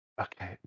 Okay